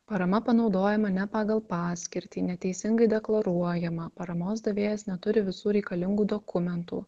parama panaudojama ne pagal paskirtį neteisingai deklaruojama paramos davėjas neturi visų reikalingų dokumentų